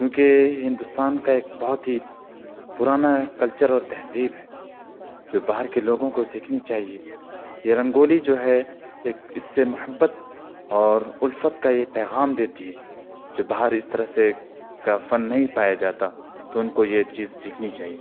چونکہ ہندوستان کا ایک بہت ہی پرانا کلچر اور تہذیب ہے جو باہر کے لوگوں کو سیکھنی چاہیے یہ رنگولی جو ہے ایک اس سے محبت اور الفت کا یہ پیغام دیتی ہے جو باہر اس طرح سے کا فن نہیں پایا جاتا تو ان کو یہ چیز سیکھنی چاہیے